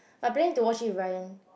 I plan to watch it with Ryan